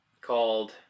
called